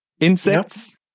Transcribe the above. insects